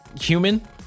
human